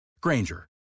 Granger